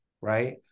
right